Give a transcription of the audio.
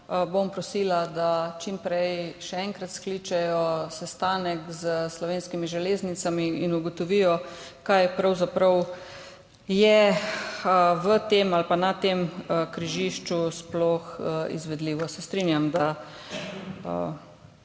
bom prosila, da čim prej še enkrat skličejo sestanek s Slovenskimi železnicami in ugotovijo, kaj je pravzaprav v tem križišču sploh izvedljivo. Se strinjam, da